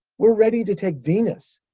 we're ready to take venus,